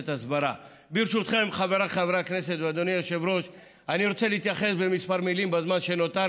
יטמיעו את הסביבה הנקייה מאלרגנים בבתי